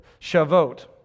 Shavuot